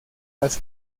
las